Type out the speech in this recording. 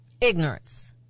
Ignorance